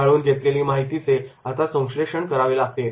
गाळून घेतलेली ही माहिती चे आता संश्लेषण करावे लागते